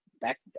back